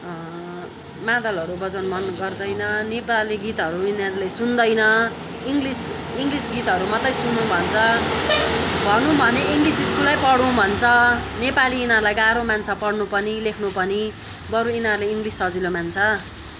मादलहरू बजाउन मन गर्दैन नेपाली गीतहरू यिनाहरूले सुन्दैन इङ्गलिस इङ्गलिस गीतहरू मात्रै सुन्नु भन्छ भन्नु भने इङ्गलिस स्कुलमा पढुँ भन्छ नेपाली यिनीहरूलाई गाह्रो मान्छ पढ्न पनि लेख्नु पनि बरु यिनीहरूले इङ्गलिस सजिलो मान्छ